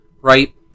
right